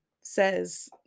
says